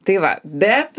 tai va bet